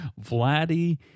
Vladdy